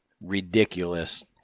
ridiculous